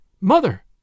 Mother